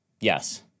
Yes